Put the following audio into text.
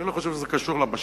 אני לא חושב שזה קשור למשט.